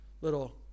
little